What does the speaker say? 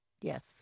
Yes